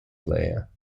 player